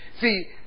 See